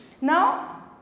Now